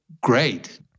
great